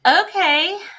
okay